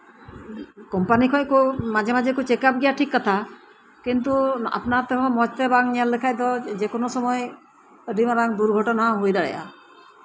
company ᱴᱷᱮᱡ ᱠᱷᱟᱱ ᱢᱟᱡᱷᱮ ᱢᱟᱡᱷᱮ ᱠᱚ ᱪᱮᱠᱟᱯ ᱜᱮᱭᱟ ᱴᱷᱤᱠ ᱠᱟᱛᱷᱟ ᱠᱤᱱᱛᱩ ᱟᱯᱱᱟᱨ ᱛᱮᱦᱚᱸ ᱢᱚᱸᱡᱛᱮ ᱵᱟᱢ ᱧᱮᱞ ᱞᱮᱠᱷᱟᱡ ᱫᱚ ᱡᱮᱠᱳᱱᱳ ᱥᱚᱢᱚᱭ ᱟᱹᱰᱤ ᱢᱟᱨᱟᱝ ᱫᱩᱨᱜᱷᱩᱴᱚᱱᱟ ᱦᱩᱭ ᱫᱟᱲᱮᱭᱟᱜᱼᱟ